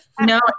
No